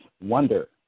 wonder